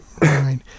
Right